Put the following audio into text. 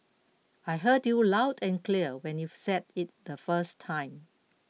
I heard you loud and clear when you've said it the first time